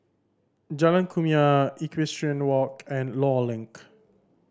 Jalan Kumia Equestrian Walk and Law Link